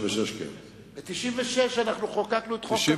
ב-1996 חוקקנו את חוק